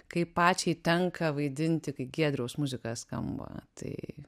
kai pačiai tenka vaidinti kai giedriaus muzika skamba tai